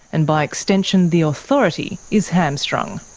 and by extension the authority, is hamstrung.